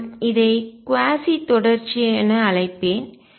நான் இதை குவாசி அரை தொடர்ச்சி என அழைப்பேன்